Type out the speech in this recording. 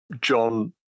John